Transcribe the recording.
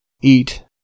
eat